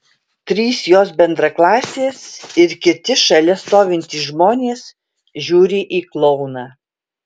trys jos bendraklasės ir kiti šalia stovintys žmonės žiūri į klouną